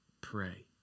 pray